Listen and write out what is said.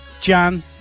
Jan